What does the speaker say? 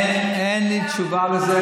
אין לי תשובה על זה,